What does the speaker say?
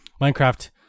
minecraft